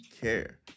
care